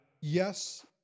yes